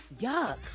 Yuck